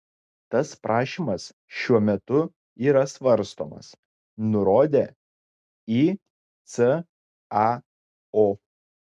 tas prašymas šiuo metu yra svarstomas nurodė icao